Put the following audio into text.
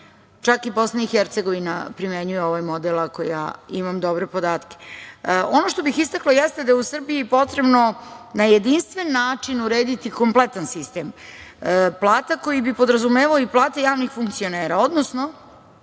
čak i BiH primenjuje ovaj model, ako imam dobre podatkeOno što bih istakla jeste da je u Srbiji potrebno na jedinstven način urediti kompletan sistem plata, koji bi podrazumevao i plate javnih funkcionera, odnosno